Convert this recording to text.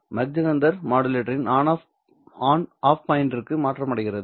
Mach Zehnder மாடுலேட்டரின் off பாயிண்டிற்கு மாற்றமடைகிறது